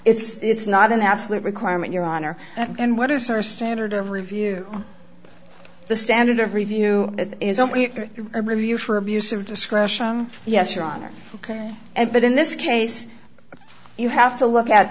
it's not an absolute requirement your honor and what is our standard of review the standard of review is a review for abuse of discretion yes your honor and but in this case you have to look at